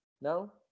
No